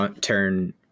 turn